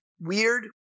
weird